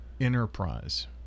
enterprise